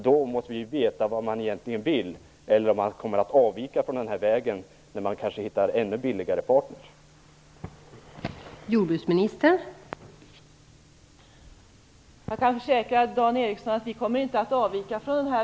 Då måste vi veta vad man egentligen vill eller om man kommer att avvika från den här vägen när man kanske hittar partners som gör att det blir ännu billigare.